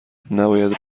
نباید